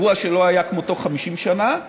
אירוע שלא היה כמותו 50 שנה.